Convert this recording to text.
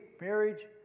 marriage